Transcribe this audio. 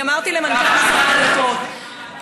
אמרתי למנכ"ל משרד הדתות,